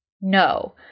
No